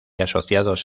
asociados